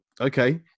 Okay